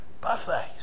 buffets